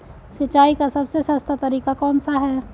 सिंचाई का सबसे सस्ता तरीका कौन सा है?